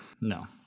no